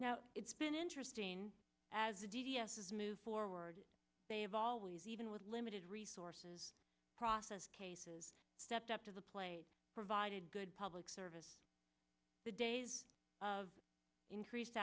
was it's been interesting as the d d s is moved forward they've always even with limited resources process cases stepped up to the plate provided good public service the days of increase